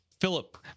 philip